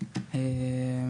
אז אני אדבר